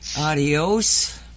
Adios